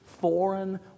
foreign